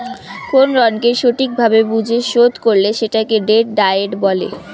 কোন ঋণকে সঠিক ভাবে বুঝে শোধ করলে সেটাকে ডেট ডায়েট বলে